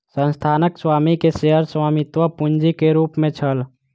संस्थानक स्वामी के शेयर स्वामित्व पूंजी के रूप में छल